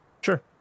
Sure